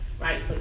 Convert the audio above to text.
Right